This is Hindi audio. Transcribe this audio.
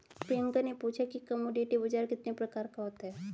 प्रियंका ने पूछा कि कमोडिटी बाजार कितने प्रकार का होता है?